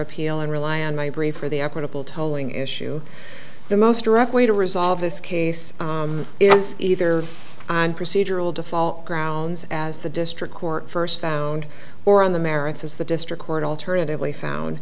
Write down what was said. appeal and rely on my brief for the equitable telling issue the most direct way to resolve this case is either on procedural default grounds as the district court first found or on the merits as the district court alternatively found